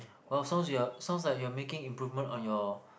oh sounds you are sounds like you are making improvement on your